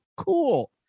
Cool